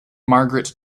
margaret